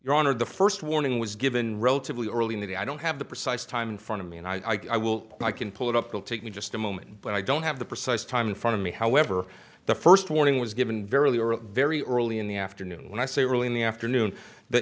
your honor the first warning was given relatively early in the day i don't have the precise time in front of me and i guess i will i can pull it up will take me just a moment but i don't have the precise time in front of me however the first warning was given very early or very early in the afternoon when i say early in the afternoon